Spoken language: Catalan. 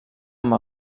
amb